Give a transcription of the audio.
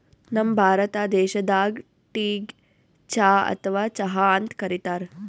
ನಮ್ ಭಾರತ ದೇಶದಾಗ್ ಟೀಗ್ ಚಾ ಅಥವಾ ಚಹಾ ಅಂತ್ ಕರಿತಾರ್